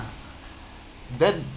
then